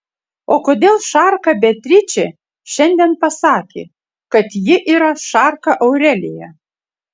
o kodėl šarka beatričė šiandien pasakė kad ji yra šarka aurelija